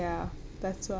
ya that's why